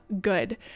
good